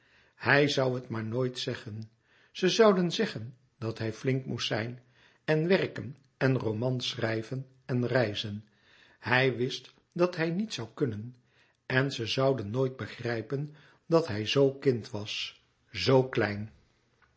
hij zoû het maar nooit zeggen ze zouden zeggen dat hij flink moest zijn en werken en romans schrijven en reizen hij wist dat hij niet zoû kunnen en ze zouden nooit begrijpen dat hij zoo kind was zoo klein